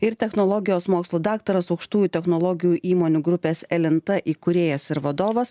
ir technologijos mokslų daktaras aukštųjų technologijų įmonių grupės elinta įkūrėjas ir vadovas